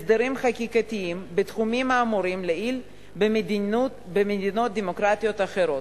הסדרים חקיקתיים בתחומים האמורים לעיל במדינות דמוקרטיות אחרות,